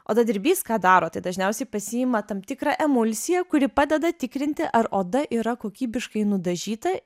odadirbys ką daro tai dažniausiai pasiima tam tikrą emulsiją kuri padeda tikrinti ar oda yra kokybiškai nudažyta